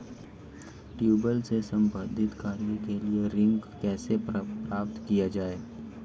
Tubewell से संबंधित कार्य के लिए ऋण कैसे प्राप्त किया जाए?